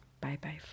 Bye-bye